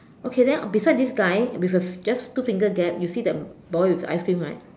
okay then beside this guy with a just two finger gap you see the boy with the ice cream right